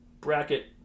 bracket